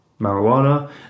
marijuana